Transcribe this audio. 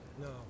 No